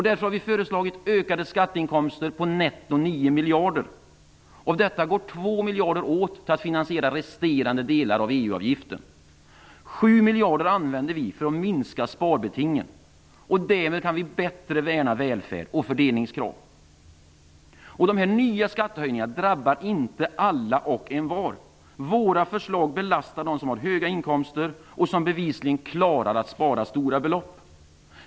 Därför har vi föreslagit ökade skatteinkomster på netto 9 miljarder. Av detta går 2 miljarder åt till att finansiera resterande delar av EU-avgiften, och 7 miljarder använder vi för att minska sparbetingen. Därmed kan vi bättre värna välfärd och fördelningskrav. De nya skattehöjningarna drabbar inte alla och envar. Våra förslag belastar de som har höga inkomster och som bevisligen klarar att spara stora belopp.